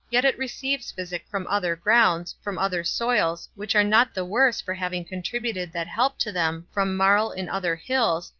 yet it receives physic from other grounds, from other soils, which are not the worse for having contributed that help to them from marl in other hills,